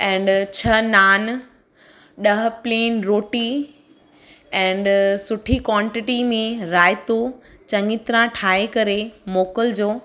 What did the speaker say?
and छह नान ॾह plain roti and सुठी क्वांटिटी में रायतो चङी तरह ठाहे करे मोकिलजो